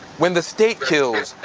when the state kills,